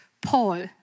Paul